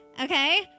Okay